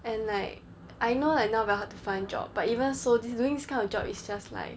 and like I know like now very hard to find job but even so this doing this kind of job is just like